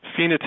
phenotypic